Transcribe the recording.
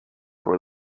were